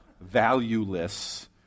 valueless